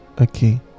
okay